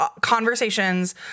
conversations